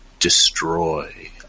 Destroy